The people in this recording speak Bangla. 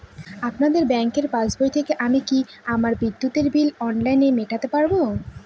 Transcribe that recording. আপনাদের ব্যঙ্কের পাসবই থেকে আমি কি আমার বিদ্যুতের বিল অনলাইনে মেটাতে পারবো?